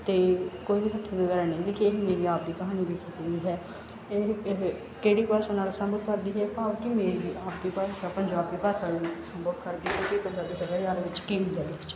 'ਤੇ ਕੋਈ ਵੀ ਤੱਥ ਵਗੈਰਾ ਨਹੀਂ ਲਿਖੇ ਮੇਰੀ ਆਪ ਦੀ ਕਹਾਣੀ ਲਿਖੀ ਗਈ ਹੈ ਇਹ ਕਿਹੜੀ ਭਾਸ਼ਾ ਨਾਲ ਸਬੰਧ ਕਰਦੀ ਹੈ ਭਾਵ ਕਿ ਮੇਰੀ ਆਪਣੀ ਭਾਸ਼ਾ ਪੰਜਾਬ ਭਾਸ਼ਾ ਦੇ ਵਿੱਚ ਸੰਭਵ ਕਰਦੀ ਹੈ ਕਿ ਪੰਜਾਬੀ ਸੱਭਿਆਚਾਰ ਵਿੱਚ ਕੀ ਹੁੰਦਾ ਇਹਦੇ 'ਚ